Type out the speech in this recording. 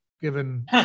given